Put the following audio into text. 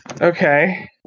Okay